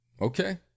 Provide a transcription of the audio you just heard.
Okay